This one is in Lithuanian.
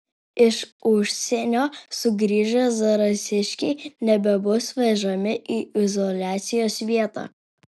iš užsienio sugrįžę zarasiškiai nebebus vežami į izoliacijos vietą